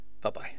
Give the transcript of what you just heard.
Bye-bye